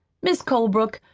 mis' colebrook,